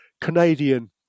Canadian